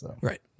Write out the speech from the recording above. Right